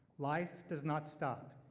life does not stop.